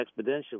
exponentially